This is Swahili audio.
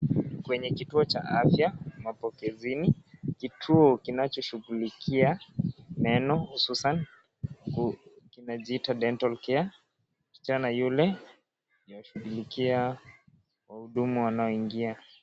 Kwenye kituo cha afya, mapokezeni, kituo kinachoshughulikia meno hususan, kinajiita dental care , kijana yule anayeshughulikia wahudumu wanaoingia.